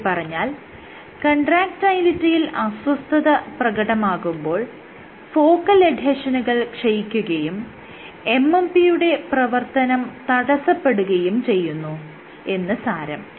ചുരുക്കിപറഞ്ഞാൽ കൺട്രാക്ടയിലിറ്റിയിൽ അസ്വസ്ഥത പ്രകടമാകുമ്പോൾ ഫോക്കൽ എഡ്ഹെഷനുകൾ ക്ഷയിക്കുകയും MMP യുടെ പ്രവർത്തനം തടസ്സപ്പെടുകയും ചെയ്യുന്നു എന്ന് സാരം